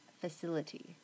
facility